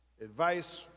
advice